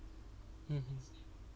mmhmm